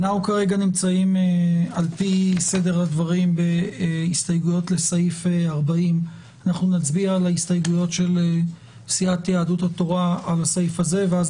אנחנו נמצאים על פי סדר הדברים בהסתייגויות לסעיף 40. נצביע על ההסתייגויות של סיעת יהדות התורה על הסעיף הזה ואז